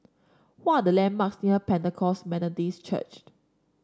what are the landmarks near Pentecost Methodist Church